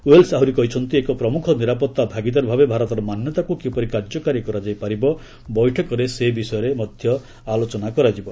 Wales ଆହୁରି କହିଛନ୍ତି ଏକ ପ୍ରମୁଖ ନିରାପତ୍ତା ଭାଗିଦାର ଭାବେ ଭାରତର ମାନ୍ୟତାକୁ କିପରି କାର୍ଯ୍ୟକାରୀ କରାଯାଇପାରିବ ବୈଠକରେ ସେ ବିଷୟରେ ମଧ୍ୟ ଆଲୋଚନା କରାଯିବ